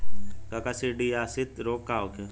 काकसिडियासित रोग का होखे?